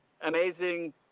amazing